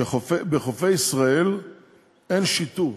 שבחופי ישראל אין שיטור.